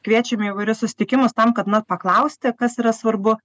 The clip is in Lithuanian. kviečiame įvairius susitikimus tam kad na paklausti kas yra svarbu